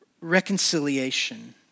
reconciliation